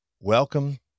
Welcome